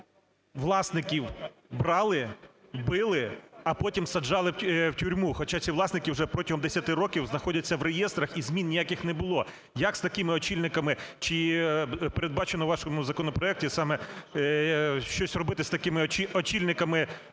власників брали, били, а потім саджали в тюрму, хоча ці власники вже протягом десяти років знаходяться в реєстрах, і змін ніяких не було. Як з такими очільниками? Чи передбачено у вашому законопроекті саме щось робити з такими очільниками